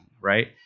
right